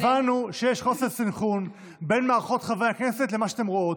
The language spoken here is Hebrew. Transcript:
הבנו שיש חוסר סנכרון בין מערכות חברי הכנסת למה שאתן רואות,